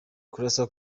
kurasa